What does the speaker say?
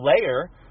layer